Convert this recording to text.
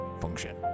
function